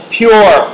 pure